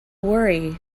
worry